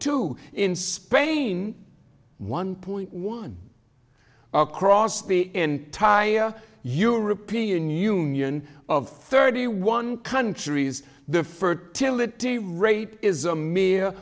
two in spain one point one across the entire european union of thirty one countries the fir tillett day rate is a m